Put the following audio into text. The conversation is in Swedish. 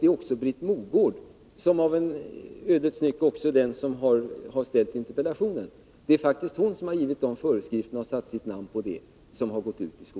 Det är också en ödets nyck att det är Britt Mogård som har framställt interpellationen. Det är faktiskt hon som är ansvarig för dessa föreskrifter och har satt sitt namn under dem.